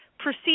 Proceed